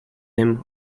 him